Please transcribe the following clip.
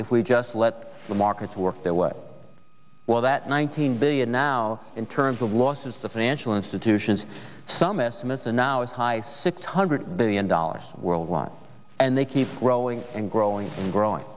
if we just let the markets work their way well that nine hundred billion now in terms of losses the financial institutions some estimates are now as high as six hundred billion dollars worldwide and they keep growing and growing and growing